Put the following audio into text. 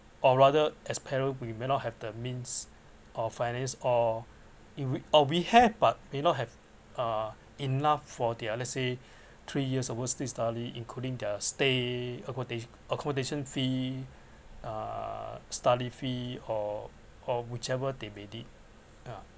or rather as parents we may not have the means or finance or if we or we have but may not have uh enough for their let's say three years oversea study including their stay acco~ accommodation fee uh study fee or or whichever they may need ah